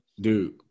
Dude